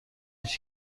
هیچ